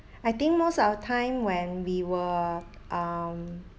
I think most of the time when we were um